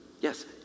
Yes